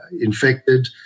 infected